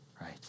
Right